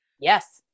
Yes